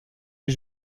les